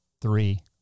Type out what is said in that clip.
three